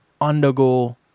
undergo